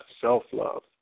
self-love